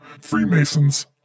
Freemasons